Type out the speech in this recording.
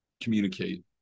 communicate